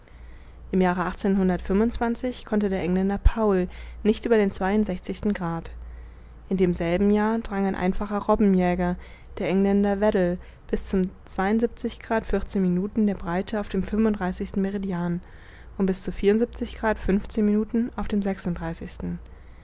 im jahre konnte der engländer powell nicht über den zweiundsechzigsten grad in demselben jahre drang ein einfacher robbenjäger der engländer weddel bis zum minuten der breite auf dem fünfunddreißigsten meridian und bis zu minuten auf dem